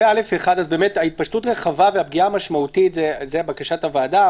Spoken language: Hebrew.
ה"התפשטות רחבה" ו"פגיעה משמעותית" היו בקשות הוועדה,